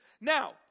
Now